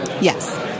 Yes